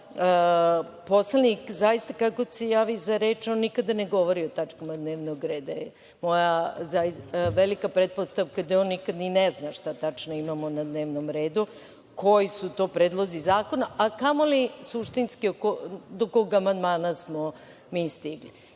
poslanik zaista kad god se javi za reč, on nikada ne govori o tačkama dnevnog reda. Moja velika pretpostavka je da on nikada ni ne zna šta tačno imamo na dnevnom redu, koji su to predlozi zakona, a kamoli suštinski do kog amandmana smo mi stigli.